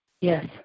Yes